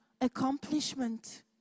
accomplishment